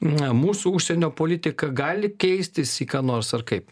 mūsų užsienio politika gali keistis į ką nors ar kaip